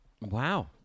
Wow